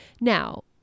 Now